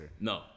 No